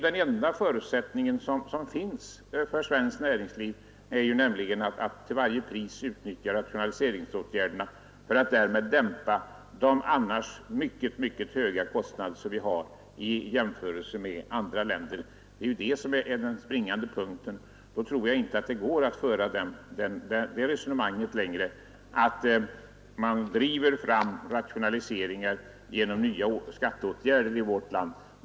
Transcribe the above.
Den enda förutsättningen som finns för svenskt näringsliv är att det till varje pris utnyttjar rationaliseringsåtgärderna för att dämpa de annars mycket, mycket höga kostnader som vi har i jämförelse med andra länder. Det är det som är den springande punkten. Då tror jag inte att det går längre att föra resonemanget att man driver fram rationaliseringar genom nya skatteåtgärder i vårt land.